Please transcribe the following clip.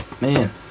Man